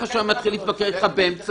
באמת.